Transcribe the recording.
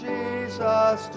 Jesus